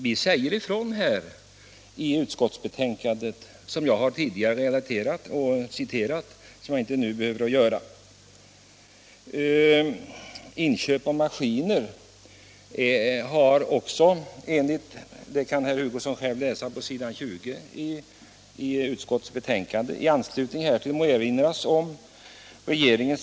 Vi säger ifrån hur vi vill ha det i utskottsbetänkandet; jag har tidigare citerat det och behöver inte göra det omigen.